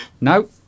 No